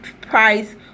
price